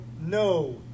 no